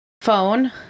Phone